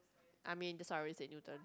I mean that's why I always take Newton